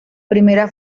primera